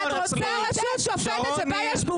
את רוצה רשות שופטת שבה יש בובות?